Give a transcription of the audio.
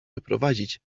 wyprowadzić